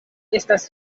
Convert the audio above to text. estas